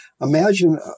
imagine